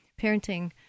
parenting